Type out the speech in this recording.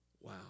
Wow